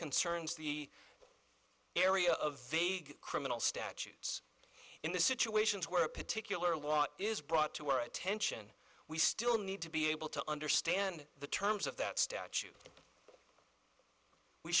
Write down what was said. concerns the area of the criminal statutes in the situations where a particular law is brought to our attention we still need to be able to understand the terms of that statute we